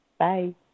Bye